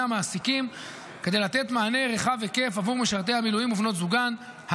המעסיקים בכדי לתת מענה רחב היקף עבור משרתי המילואים ובנות זוגן,